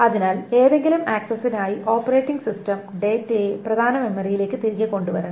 അതിനാൽ ഏതെങ്കിലും ആക്സസ്സിനായി ഓപ്പറേറ്റിംഗ് സിസ്റ്റം ഡാറ്റയെ പ്രധാന മെമ്മറിയിലേക്ക് തിരികെ കൊണ്ടുവരണം